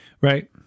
Right